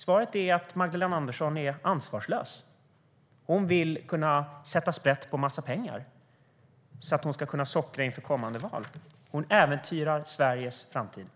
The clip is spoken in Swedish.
Svaret är att Magdalena Andersson är ansvarslös. Hon vill kunna sätta sprätt på en massa pengar, så att hon ska kunna sockra inför kommande val. Hon äventyrar Sveriges framtid.